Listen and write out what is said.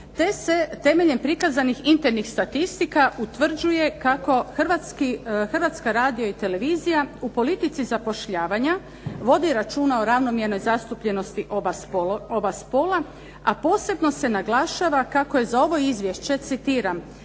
te se temeljem prikazanih internih statistika utvrđuje kako Hrvatska radio-televizija u politici zapošljavanja vodi računa o ravnomjernoj zastupljenosti oba spola a posebno se naglašava kako je za ovo izvješće, citiram,